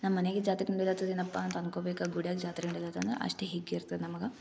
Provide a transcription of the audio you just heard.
ನಮ್ಮ ಮನೆಗೆ ಜಾತ್ರೆ ತುಂಬಿದಾತದ ಏನಪ್ಪ ಅಂತ ಅನ್ಕೋಬೇಕು ಗುಡಿಯಾಗ ಜಾತ್ರೆ ನಡಿತೈತೆ ಅಂದ್ರೆ ಅಷ್ಟು ಹಿಗ್ಗು ಇರ್ತದೆ ನಮ್ಗೆ